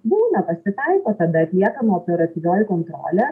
būna pasitaiko tada atliekama operatyvioji kontrolė